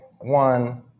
one